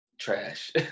trash